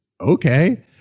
okay